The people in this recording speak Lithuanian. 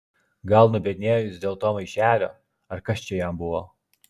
gal nubiednėjo jis dėl to maišelio ar kas čia jam buvo